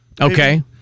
Okay